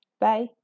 Bye